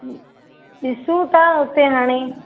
ॾिसूं था हुते हाणे